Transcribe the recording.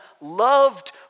loved